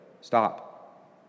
stop